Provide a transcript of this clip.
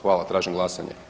Hvala, tražim glasanje.